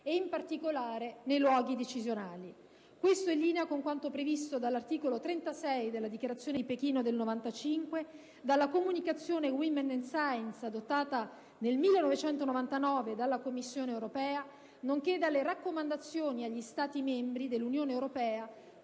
e, in particolare, nei posti decisionali. Ciò in linea con quanto previsto dall'articolo 36 della Dichiarazione di Pechino del 1995, dalla Comunicazione «*Women and Science*» adottata nel 1999 dalla Commissione europea, nonché dalle raccomandazioni agli Stati membri dell'Unione europea